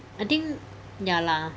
I think ya lah